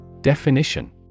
Definition